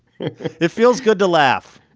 it feels good to laugh.